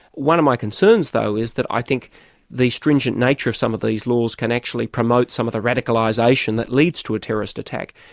one of my concerns, though, is that i think the stringent nature of some of these laws can actually promote some of the radicalisation that leads to a terrorist attack,